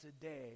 today